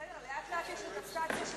בסדר, לאט-לאט יש אדפטציה של